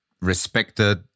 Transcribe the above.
respected